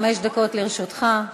חמש דקות לרשותך.